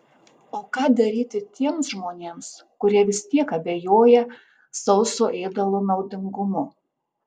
o ką daryti tiems žmonėms kurie vis tiek abejoja sauso ėdalo naudingumu